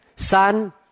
Son